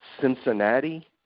Cincinnati